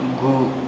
गु